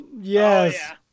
Yes